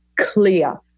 clear